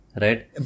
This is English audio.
right